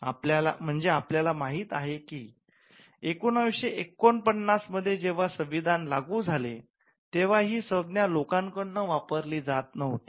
म्हणजे आपल्याला माहित आहे की १९४९ मध्ये जेव्हा संविधान लागू झाले तेव्हा ही संज्ञा लोकांकडून वापरली जात नव्हती